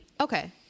Okay